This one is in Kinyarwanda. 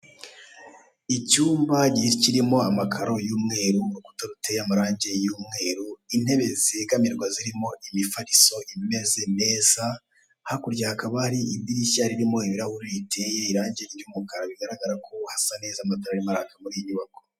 Icyumba kirimo amakaro y'umwero urukuta ruteye amarangi y'umweru, intebe zegamirwa zirimo imifariso imeze neza, hakurya hakaba hari idirishya ririmo ibirahure riteye irangi ry'umukara bigaragara ko hasa neza amatara arimo araka mur'iyi nyubako.